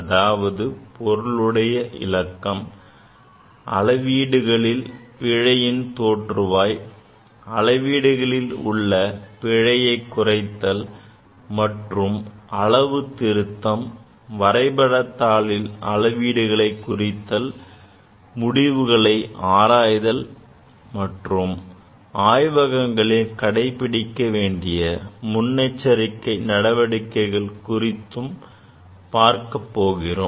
அதாவது பொருளுடையிலக்கம் அளவீடுகளில் பிழையின் தோற்றுவாய் அளவீடுகளில் உள்ள பிழையை குறைத்தல் மற்றும் அளவுத்திருத்தம் வரைபட தாளில் அளவீடுகளை குறித்தல் முடிவுகளை ஆராய்தல் மற்றும் ஆய்வகங்களில் கடைபிடிக்க வேண்டிய முன்னெச்சரிக்கை நடவடிக்கைகள் குறித்து பார்க்கப் போகிறோம்